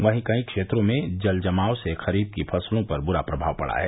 वहीं कई क्षेत्रों में जल जमाव होने से खरीफ की फसलों पर बुरा प्रभाव पड़ा है